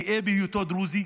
גאה בהיותו דרוזי,